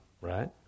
right